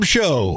Show